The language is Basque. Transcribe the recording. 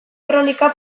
kronika